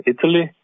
Italy